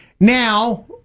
Now